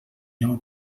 nou